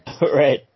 Right